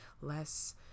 less